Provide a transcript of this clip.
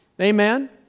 Amen